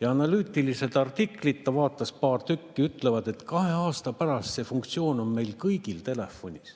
Ja analüütilised artiklid – ta vaatas paari artiklit – ütlevad, et kahe aasta pärast on see funktsioon meil kõigil telefonis.